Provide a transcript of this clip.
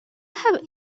have